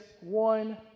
one